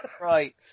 Right